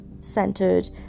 centered